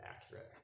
accurate